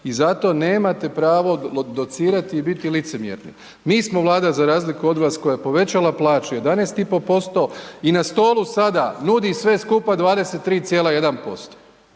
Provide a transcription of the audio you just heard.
i zato nemate pravo docirati i biti licemjerni. Mi smo Vlada, za razliku od vas, koja je povećala plaće 11,5% i na stolu sada nudi sve skupa 23,1%